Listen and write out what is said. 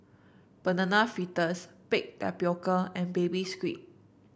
Banana Fritters Baked Tapioca and Baby Squid